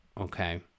okay